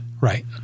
Right